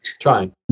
Trying